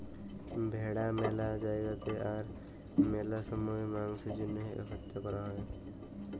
ভেড়া ম্যালা জায়গাতে আর ম্যালা সময়ে মাংসের জ্যনহে হত্যা ক্যরা হ্যয়